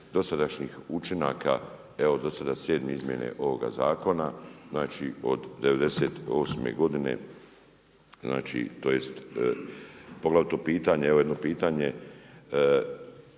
dosadašnjih učinaka, evo do sada sedme izmjene ovoga zakona. Znači od '98. godine, znači tj. poglavito pitanje, evo jedno pitanje